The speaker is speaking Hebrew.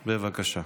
בבקשה.